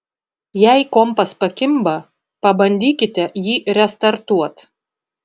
jei kompas pakimba pabandykite jį restartuot